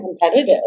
competitive